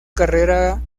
carrera